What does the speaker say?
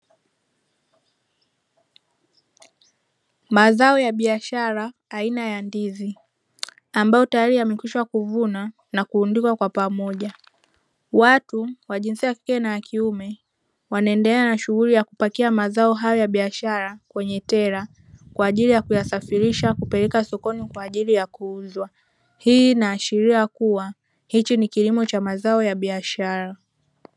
Mazao ya biashara aina ya ndizi ambayo tayari yamekwisha kuvuna na kurundikwa kwa pamoja, watu wa jinsia ya kike na ya kiume wanaendelea na shughuli ya kupakia mazao hayo ya biashara kwenye tela kwa ajili ya kuyasafirisha kupeleka sokoni kwa ajili ya kuuzwa, hii inaashiria kuwa hichi ni kilimo cha mazao ya biashara.